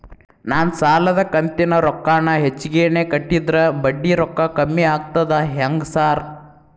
ನಾನ್ ಸಾಲದ ಕಂತಿನ ರೊಕ್ಕಾನ ಹೆಚ್ಚಿಗೆನೇ ಕಟ್ಟಿದ್ರ ಬಡ್ಡಿ ರೊಕ್ಕಾ ಕಮ್ಮಿ ಆಗ್ತದಾ ಹೆಂಗ್ ಸಾರ್?